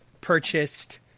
purchased